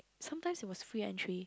sometimes it was free entry